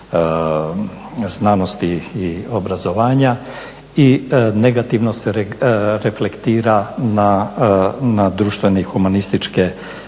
znanosti i obrazovanja i negativno se reflektira na društvene humanističke